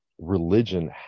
religion